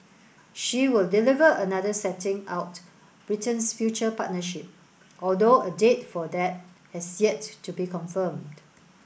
she will deliver another setting out Britain's future partnership although a date for that has yet to be confirmed